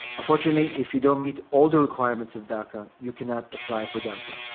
unfortunately, if you don't meet all the requirements of daca, you cannot apply for daca.